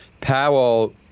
Powell